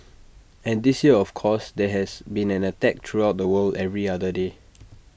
and this year of course there has been an attack throughout the world every other day